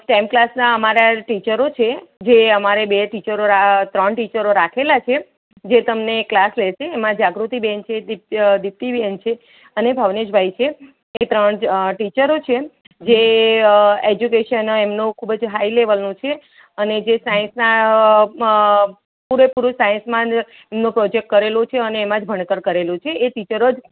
stem ક્લાસના અમારા જે ટીચરો જે અમારે બે ટીચરો ત્રણ ટીચરો રાખેલા છે જે તમને ક્લાસ લેશે એમાં જાગૃતિબેન છે દિપ્તી દિપ્તીબેન છે અને ભાવનેશભાઈ છે ત્રણ ટીચરો છે જે એજ્યુકેશન એમનું ખૂબ જ હાઈ લેવલનું છે અને જે સાયન્સના પૂરે પૂરું સાયન્સમાં પ્રોજેક્ટ કરેલો છે અને એમાં જ ભણતર કરેલું છે એ ટીચરો જ